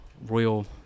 Royal